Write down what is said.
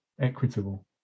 equitable